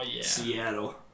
Seattle